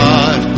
God